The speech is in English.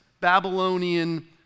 Babylonian